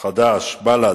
חד"ש, בל"ד,